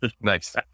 Nice